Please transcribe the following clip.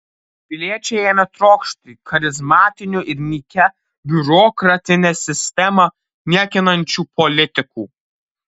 piliečiai ėmė trokšti charizmatinių ir nykią biurokratinę sistemą niekinančių politikų